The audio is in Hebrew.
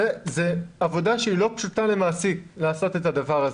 זאת עבודה שהיא לא פשוטה למעסיק לעשות אותה.